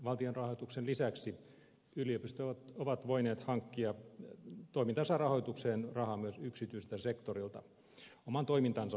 valtionrahoituksen lisäksi yliopistot ovat voineet hankkia toimintansa rahoitukseen rahaa myös yksityiseltä sektorilta oman toimintansa ylläpitämiseksi